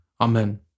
Amen